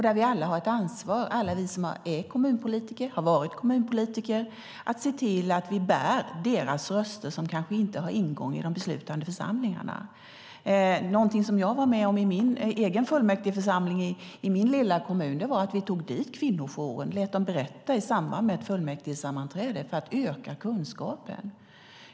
Där har alla vi som är kommunpolitiker och har varit kommunpolitiker ett ansvar att se till att bära deras röster som kanske inte har en ingång i de beslutande församlingarna. I min egen fullmäktigeförsamling i min lilla kommun tog vi dit kvinnojouren och lät dem berätta i samband med ett fullmäktigesammanträde för att öka kunskapen.